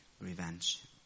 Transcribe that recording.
revenge